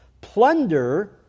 Plunder